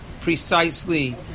precisely